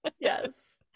yes